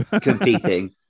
Competing